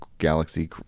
Galaxy